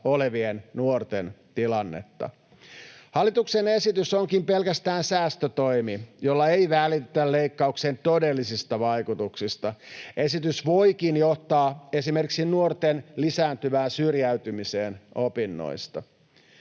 olevien nuorten tilannetta. Hallituksen esitys onkin pelkästään säästötoimi, jolla ei välitetä leikkauksen todellisista vaikutuksista. Esitys voikin johtaa esimerkiksi nuorten lisääntyvään syrjäytymiseen opinnoista.